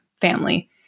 family